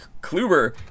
Kluber